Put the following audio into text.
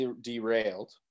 derailed